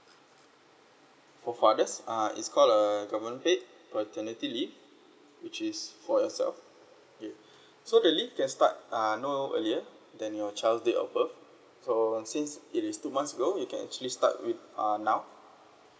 for fathers uh is called err government paid paternity leave which is for yourself okay so the leave can start uh no earlier than your child date of birth so since it is two months ago you can actually start with uh now